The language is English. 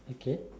okay